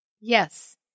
Yes